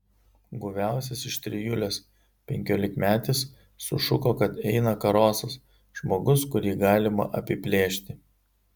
guviausias iš trijulės penkiolikmetis sušuko kad eina karosas žmogus kurį galima apiplėšti